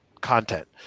content